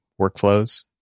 workflows